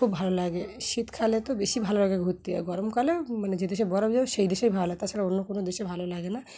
খুব ভালো লাগে শীত কালে তো বেশি ভালো লাগে ঘুরতে আর গরমকালেও মানে যে দেশে বরফ জমে সেই দেশে ভাল লাগে তাছাড়া অন্য কোনো দেশে ভালো লাগে না